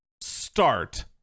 start